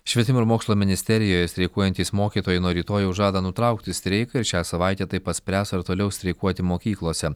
švietimo ir mokslo ministerijoje streikuojantys mokytojai nuo rytojaus žada nutraukti streiką ir šią savaitę taip pat spręs ar toliau streikuoti mokyklose